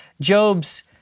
Job's